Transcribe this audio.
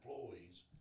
employees